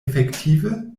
efektive